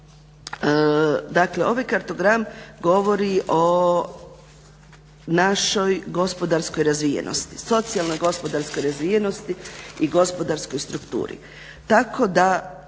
dakle ovaj kartogram govori o našoj gospodarskoj razvijenosti, socijalno gospodarskoj razvijenosti i gospodarskoj strukturi,